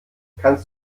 kannst